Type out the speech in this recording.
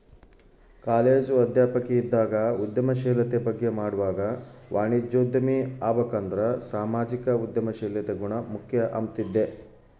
college ಅಧ್ಯಾಪಕಿ ಇದ್ದಾಗ ಉದ್ಯಮಶೀಲತೆ ಬಗ್ಗೆ ಮಾಡ್ವಾಗ ವಾಣಿಜ್ಯೋದ್ಯಮಿ ಆಬಕಂದ್ರ ಸಾಮಾಜಿಕ ಉದ್ಯಮಶೀಲತೆ ಗುಣ ಮುಖ್ಯ ಅಂಬ್ತಿದ್ದೆ